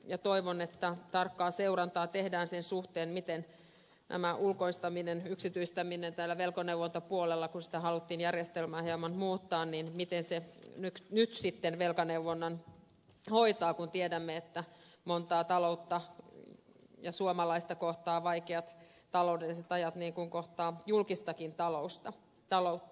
nyt toivon että tarkkaa seurantaa on sen suhteen miten tämä ulkoistaminen yksityistäminen täällä velkaneuvontapuolella kun haluttiin sitä järjestelmää hieman muuttaa nyt sitten velkaneuvonnan hoitaa kun tiedämme että montaa taloutta ja suomalaista kohtaavat vaikeat taloudelliset ajat niin kuin kohtaavat julkistakin taloutta